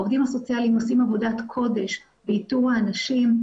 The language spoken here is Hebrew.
העובדים הסוציאליים עושים עבודת קודש באיתור האנשים,